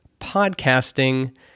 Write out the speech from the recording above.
podcasting